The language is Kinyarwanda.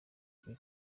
kuri